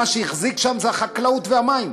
ומה שהחזיק שם זה החקלאות והמים.